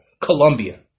Colombia